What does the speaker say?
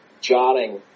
jarring